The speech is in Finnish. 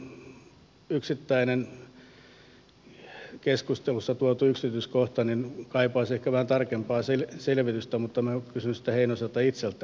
tällainen yksittäinen keskusteluun tuotu yksityiskohta kaipaisi ehkä vähän tarkempaa selvitystä mutta minä kysyn sitä heinoselta itseltään